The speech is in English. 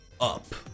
up